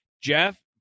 Jeff